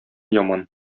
яман